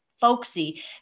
folksy